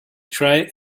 try